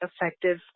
effective